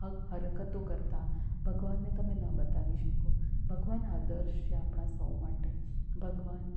હક હરકતો કરતાં ભગવાનને તમે ન બતાવી શકો ભગવાન આદર્શ છે આપણા સૌ માટે ભગવાન